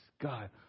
God